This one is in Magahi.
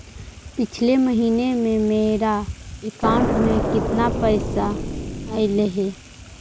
पिछले महिना में मेरा अकाउंट में केतना पैसा अइलेय हे?